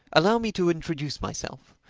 allow me to introduce myself.